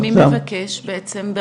מי מבקש בעצם?